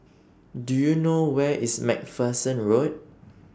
Do YOU know Where IS MacPherson Road